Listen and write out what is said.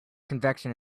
convection